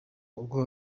ubwo